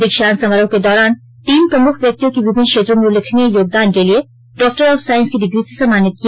दीक्षांत समारोह के दौरान तीन प्रमुख व्यक्तियों को विभिन्न क्षेत्रों में उल्लेखनीय योगदान के लिए डॉक्टर ऑफ साइंस की डिग्री से सम्मानित किया